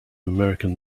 american